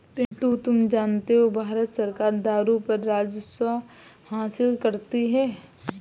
पिंटू तुम जानते हो भारत सरकार दारू पर राजस्व हासिल करती है